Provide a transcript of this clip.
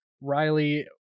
Riley